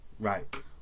right